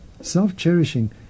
Self-cherishing